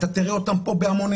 אתה תראה אותם פה בהמוניהם,